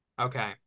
Okay